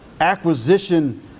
acquisition